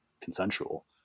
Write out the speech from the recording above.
consensual